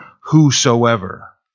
whosoever